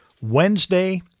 Wednesday